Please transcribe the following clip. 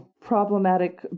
Problematic